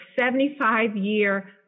75-year